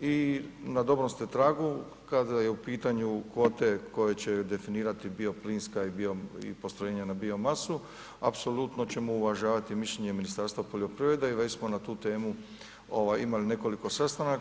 i na dobrom ste tragu, kada je u pitanju kvote koje će definirati bioplinska i postrojenja na biomasu, apsolutno ćemo uvažavati mišljenje Ministarstva poljoprivrede i već smo na tu temu imali nekoliko sastanaka.